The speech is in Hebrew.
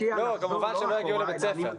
כמובן שהם לא יגיעו לבית הספר.